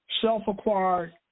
self-acquired